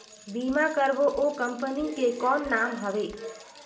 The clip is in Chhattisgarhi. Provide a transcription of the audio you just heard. बीमा करबो ओ कंपनी के कौन नाम हवे?